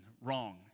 wrong